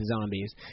zombies